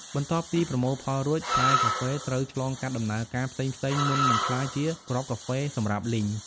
បន្ទាប់ពីប្រមូលផលរួច ផ្លែកាហ្វេត្រូវឆ្លងកាត់ដំណើរការផ្សេងៗមុននឹងក្លាយជាគ្រាប់កាហ្វេសម្រាប់លីង។